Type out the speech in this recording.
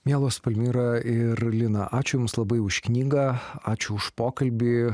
mielos palmira ir lina ačiū jums labai už knygą ačiū už pokalbį